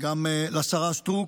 וגם לשרה סטרוק,